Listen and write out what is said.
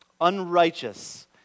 unrighteous